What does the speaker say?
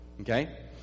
Okay